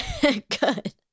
Good